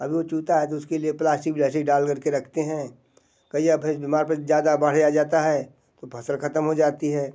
अब वो चूता है तो उसके लिए प्लास्टिक जैसी डाल कर के रखते हैं गैया भैंस बीमार पड़े ज़्यादा बाढ़ आ जाती है तो फ़सल ख़त्म हो जाती है